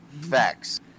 Facts